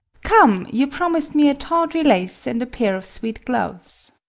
come, you promised me a tawdry lace, and a pair of sweet gloves.